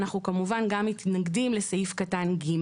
אנחנו כמובן מתנגדים גם לסעיף קטן (ג),